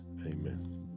Amen